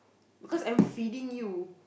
because I am feeding you